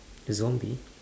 the zombie